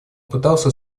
пытался